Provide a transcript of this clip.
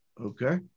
Okay